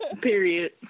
Period